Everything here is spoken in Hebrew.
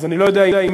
אז אני לא יודע אם,